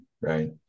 right